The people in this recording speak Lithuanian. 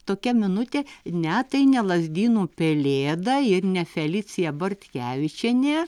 tokia minutė ne tai ne lazdynų pelėda ir ne felicija bortkevičienė